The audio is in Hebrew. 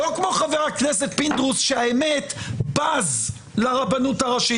לא כמו חבר הכנסת פינדרוס שבז לרבנות הראשית.